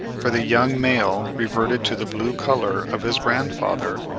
for the young male reverted to the blue colour of his grandfather,